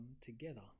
together